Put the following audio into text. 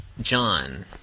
John